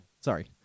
Sorry